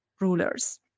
rulers